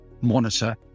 monitor